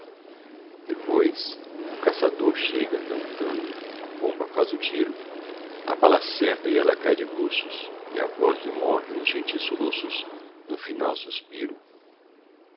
depois o caçador chega cantando à pomba faz o tiro a bala acerta e ela cai de bruços e a voz lhe morre nos gentis soluços no final suspiro